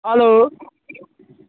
hello